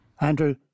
Andrew